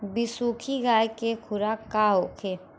बिसुखी गाय के खुराक का होखे?